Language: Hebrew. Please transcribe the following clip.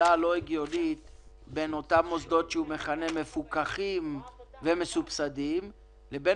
ההפרדה הלא הגיונית בין אותם מוסדות מפוקחים ומסובסדים לבין